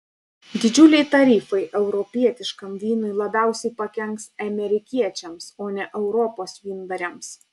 didžiuliai tarifai europietiškam vynui labiausiai pakenks amerikiečiams o ne europos vyndariams